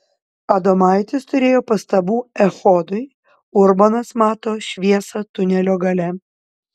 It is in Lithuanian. adomaitis turėjo pastabų echodui urbonas mato šviesą tunelio gale